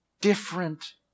different